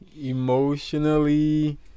emotionally